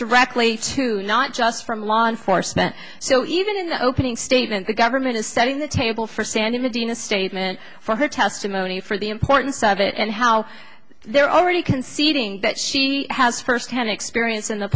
directly to not just from law enforcement so even in the opening statement the government is setting the table for sandy medina statement for her testimony for the importance of it and how they're already conceding that she has first hand experience in the